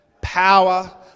power